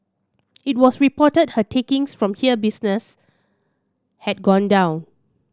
it was reported her takings from here business had gone down